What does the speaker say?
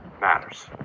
matters